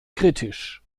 kritisch